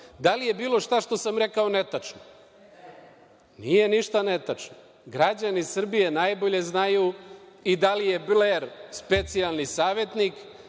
Da li je bilo šta što sam rekao netačno? Nije ništa netačno. Građani Srbije najbolje znaju i da li je Bler specijalni savetnik